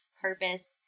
purpose